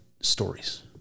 stories